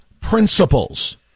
principles